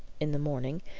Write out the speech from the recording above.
in the morning,